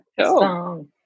song